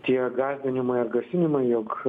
tie gąsdinimai ar grasinimai jog